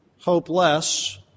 hopeless